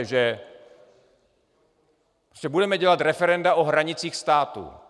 Že budeme dělat referenda o hranicích státu.